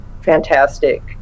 fantastic